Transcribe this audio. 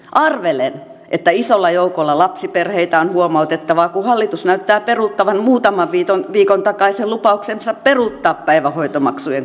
arvelen että isolla joukolla lapsiperheitä on huomautettavaa kun hallitus näyttää peruuttavan muutaman viikon takaisen lupauksensa peruuttaa päivähoitomaksujen korotus